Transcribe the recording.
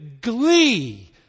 glee